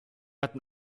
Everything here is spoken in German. hatten